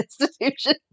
institution